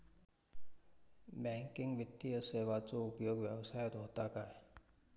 Banking वित्तीय सेवाचो उपयोग व्यवसायात होता काय?